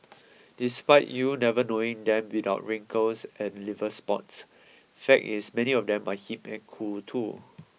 despite you never knowing them without wrinkles and liver spots fact is many of them are hip and cool too